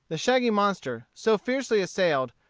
the shaggy monster, so fiercely assailed,